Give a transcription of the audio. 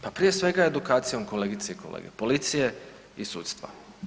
Pa prije svega edukacijom kolegice i kolege, policije i sudstva.